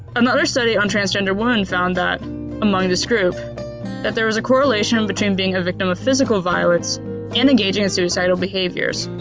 another study on transgender women found that among this group that there was a correlation between being a victim of physical violence and engaging in suicidal behaviors.